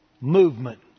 movement